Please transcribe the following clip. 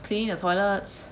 cleaning the toilets